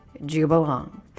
Jubalong